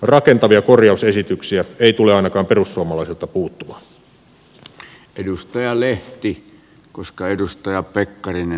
rakentavia korjausesityksiä ei tule ainakaan perussuomalaisilta puuttumaan